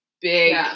big